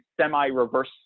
semi-reverse